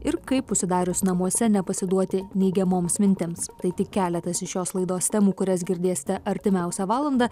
ir kaip užsidarius namuose nepasiduoti neigiamoms mintims tai tik keletas iš šios laidos temų kurias girdėsite artimiausią valandą